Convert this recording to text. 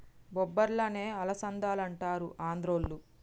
బొబ్బర్లనే అలసందలంటారు ఆంద్రోళ్ళు